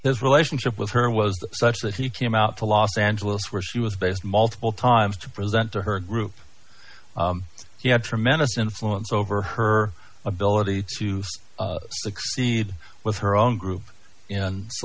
his relationship with her was such that he came out to los angeles where she was based multiple times to present to her group she had tremendous influence over her ability to succeed with her own group